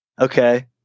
Okay